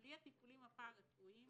בלי הטיפולים הפרה-רפואיים